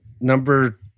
number